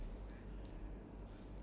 okay